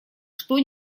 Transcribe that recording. что